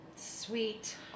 sweet